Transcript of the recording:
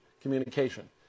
communication